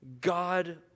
God